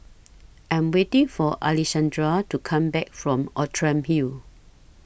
I'm waiting For Alexandrea to Come Back from Outram Hill